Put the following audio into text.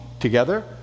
together